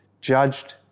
judged